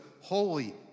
holy